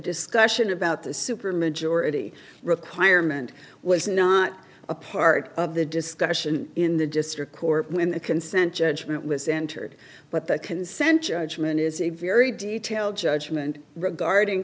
discussion about the supermajority requirement was not a part of the discussion in the district court when the consent judgment was entered but the consent judgment is a very detailed judgment regarding